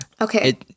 Okay